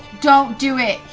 don't do it.